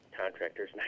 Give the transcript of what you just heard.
contractors